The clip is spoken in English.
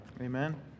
Amen